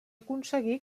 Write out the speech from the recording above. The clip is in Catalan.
aconseguí